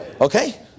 okay